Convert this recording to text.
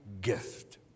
gift